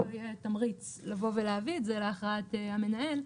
יהיה תמריץ לבוא ולהביא את זה להכרעת המנהל,